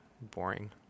Boring